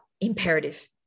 imperative